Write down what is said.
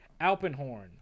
alpenhorn